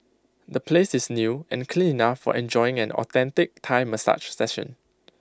the place is new and clean enough for enjoying an authentic Thai massage session